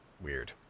Weird